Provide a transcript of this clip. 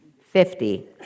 Fifty